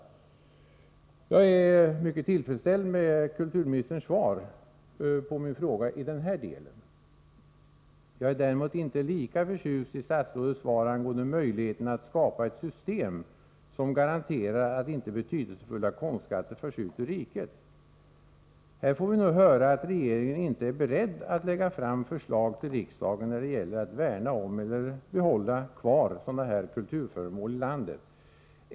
Jag är mycket tillfredsställd med kulturministerns svar på min fråga i denna del. Däremot är jag inte lika förtjust i statsrådets svar angående möjligheterna att skapa ett system som garanterar att betydelsefulla hindra att värdefull konst säljs till utlandet konstskatter inte förs ut ur riket. Här får vi nu höra att regeringen inte är beredd att lägga fram förslag till riksdagen när det gäller att värna om eller behålla sådana här kulturföremål i landet.